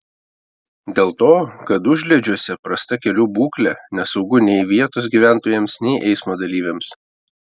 dėl to kad užliedžiuose prasta kelių būklė nesaugu nei vietos gyventojams nei eismo dalyviams